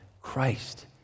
Christ